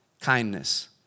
kindness